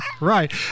Right